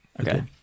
Okay